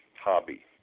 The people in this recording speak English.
hobby